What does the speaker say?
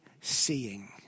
seeing